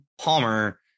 Palmer